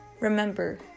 remember